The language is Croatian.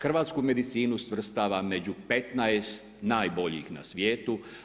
Hrvatsku medicinu svrstava među 15 najboljih na svijetu.